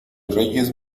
reyes